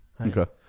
okay